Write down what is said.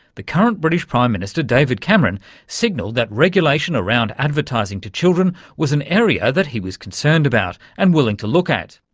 the current british prime minister david cameron signalled that regulation around advertising to children was an area that he was concerned about and willing to look at.